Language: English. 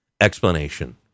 explanation